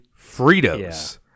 Fritos